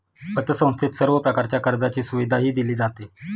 पतसंस्थेत सर्व प्रकारच्या कर्जाची सुविधाही दिली जाते